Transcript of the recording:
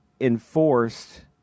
enforced